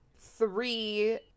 three